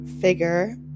figure